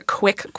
quick